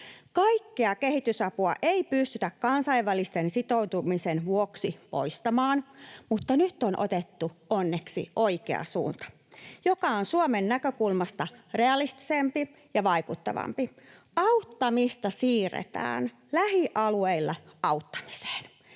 Kaikkea kehitysapua ei pystytä kansainvälisen sitoutumisen vuoksi poistamaan, mutta nyt on otettu onneksi oikea suunta, joka on Suomen näkökulmasta realistisempi ja vaikuttavampi. Auttamista siirretään lähialueilla auttamiseen.